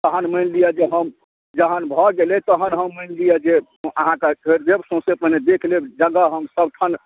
तहन मानि लिअ जे हम जहन भऽ गेलै तहन हम मानि लिअ जे अहाँकेँ छोड़ि देब सौसे पहिने देखि लेब जगह हम सभठन